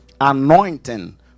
anointing